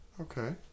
Okay